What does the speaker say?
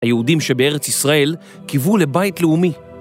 היהודים שבארץ ישראל קיוו לבית לאומי.